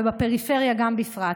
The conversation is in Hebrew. ובפריפריה בפרט.